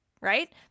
right